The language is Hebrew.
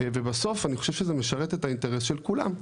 ובסוף אני חושב שזה משרת את האינטרס של כולם,